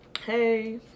Hey